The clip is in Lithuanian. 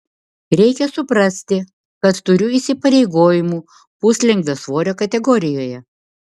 reikia suprasti kad turiu įsipareigojimų puslengvio svorio kategorijoje